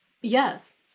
Yes